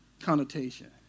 connotation